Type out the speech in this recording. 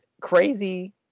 crazy